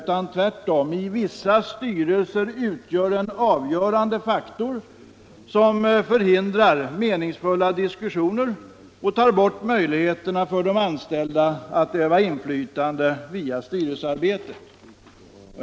Tvärtom är den i vissa styrelser en avgörande faktor, som förhindrar meningsfulla diskussioner och tar bort möjligheterna för de anställda att öva inflytande via styrelsearbete.